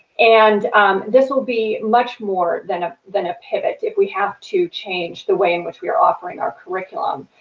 and this will be much more than a than a pivot if we have to change the way in which we are offering our curriculum.